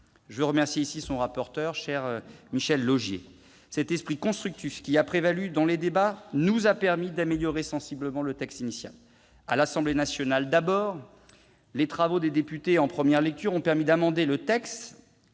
Je veux remercier ici son rapporteur, cher Michel Laugier. Cet esprit constructif qui a prévalu dans les débats nous a permis d'améliorer sensiblement la proposition de loi initiale. À l'Assemblée nationale, d'abord, puisque les travaux des députés en première lecture ont permis d'amender le texte